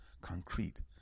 concrete